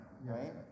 right